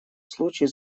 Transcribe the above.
случае